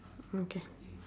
okay